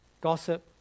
gossip